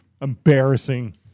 Embarrassing